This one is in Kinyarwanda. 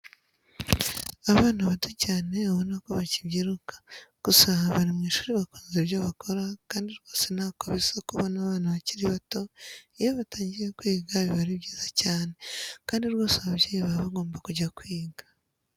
Abana bato cyane ubona ko bakibyiruka, gusa bari mu ishuri bakunze ibyo bakora kandi rwose ntako bisa kubona abana bakiri bato iyo batangiye kwiga biba ari byiza cyane kandi rwose ababyeyi baba bagomba kujya kwiga.